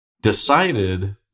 decided